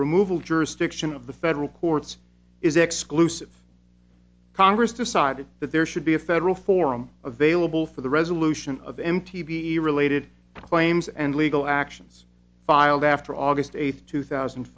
removal jurisdiction of the federal courts is exclusive congress decided that there should be a federal form available for the resolution of m t b e related claims and legal actions filed after august eighth two thousand